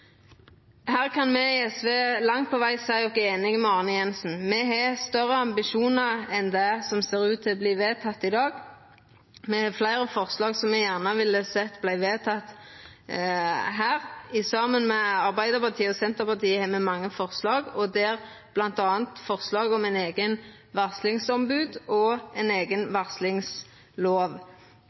Me i SV kan langt på veg seia oss einige med Arne Jensen. Me har større ambisjonar enn det som ser ut til å verta vedteke i dag. Me har fleire forslag som me gjerne hadde sett vart vedtekne. Saman med Arbeidarpartiet og Senterpartiet har me mange forslag, bl.a. forslag om eit eige varslingsombod og ei eiga varslingslov.